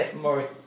More